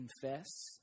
confess